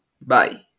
Bye